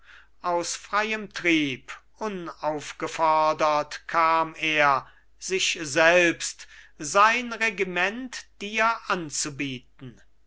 aus freiem trieb unaufgefodert kam er sich selbst sein regiment dir anzubieten